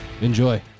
Enjoy